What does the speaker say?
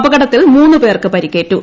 അപകടത്തിൽ മൂന്ന് പേർക്ക് പരിക്കേറ്റു